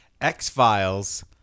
X-Files